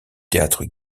théâtre